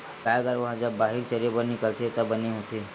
गाय गरूवा ह जब बाहिर चरे बर निकलथे त बने होथे